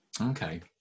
Okay